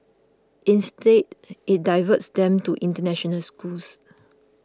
instead it diverts them to international schools